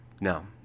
no